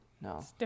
no